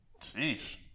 Jeez